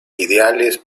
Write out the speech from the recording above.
ideales